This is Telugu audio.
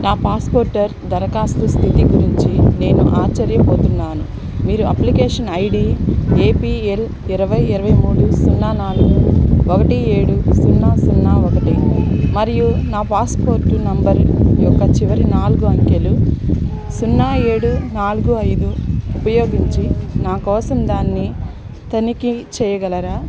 నా పాస్పోర్టు ధరఖాస్తు స్థితి గురించి నేను ఆశ్చర్యపోతున్నాను మీరు application I D A P L ఇరవై ఇరవై మూడు సున్నా నాలుగు ఒకటి ఏడు సున్నా సున్నా ఒకటి మరియు నా పాస్పోర్ట్ నంబర్ యొక్క చివరి నాలుగు అంకెలు సున్నా ఏడు నాలుగు ఐదు ఉపయోగించి నా కోసం దాన్ని తనిఖీ చేయగలరా